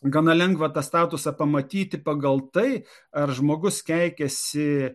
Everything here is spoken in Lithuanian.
gana lengva tą statusą pamatyti pagal tai ar žmogus keikiasi